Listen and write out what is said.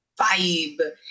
vibe